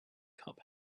cup